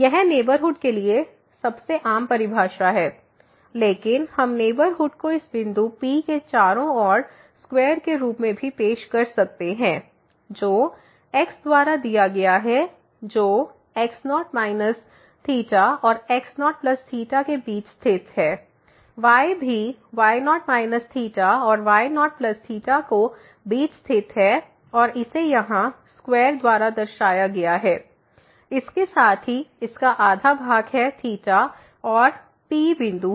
यह नेबरहुड के लिए सबसे आम परिभाषा है लेकिन हम नेबरहुड को इस बिंदु P के चारों ओर स्क्वेयर के रूप में भी पेश कर सकते हैं जो x द्वारा दिया गया है जो x0 δ और x0δ के बीच स्थित है y भी y0 δ और y0δ केबीच स्थित है और इसे यहां स्क्वेयर द्वारा दर्शाया गया है इसके साथ ही इसका आधा भाग है और P बिंदु है